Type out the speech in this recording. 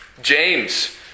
James